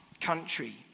country